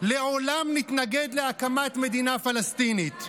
לעולם נתנגד להקמת מדינה פלסטינית.